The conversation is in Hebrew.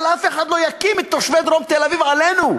אבל אף אחד לא יקים את תושבי דרום תל-אביב עלינו.